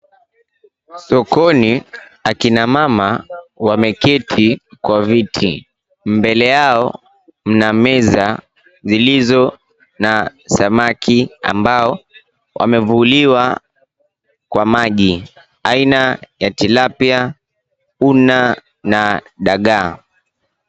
Sokoni akina mama wameketi kwa viti mbele yao mna meza zilizo na samaki ambao wamevuliwa kwa maji aina ya Tilapia, una na dagaa.